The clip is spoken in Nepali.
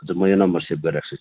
हुन्छ म यो नम्बर सेभ गरिराख्छु नि